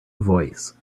voice